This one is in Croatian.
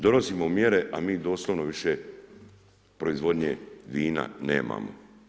Donosimo mjere, a mi doslovno više proizvodnje vina nemamo.